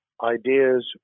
ideas